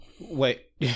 Wait